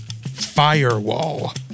Firewall